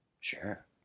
Sure